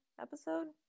episode